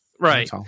Right